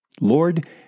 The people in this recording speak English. Lord